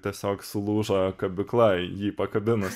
tiesiog sulūžo kabykla jį pakabinus